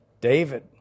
David